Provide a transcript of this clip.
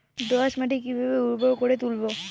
দোয়াস মাটি কিভাবে উর্বর করে তুলবো?